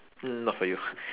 mm not for you